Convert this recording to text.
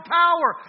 power